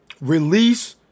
Release